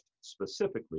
specifically